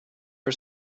for